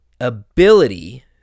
ability